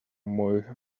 more